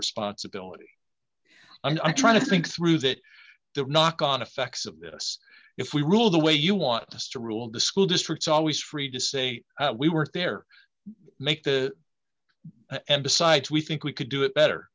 responsibility and i'm trying to think through that the knock on effects of this if we rule the way you want us to rule to school districts always free to say we were there make the end to sites we think we could do it better